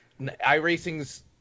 iRacing's